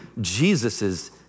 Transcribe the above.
Jesus's